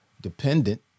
dependent